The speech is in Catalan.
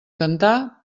cantar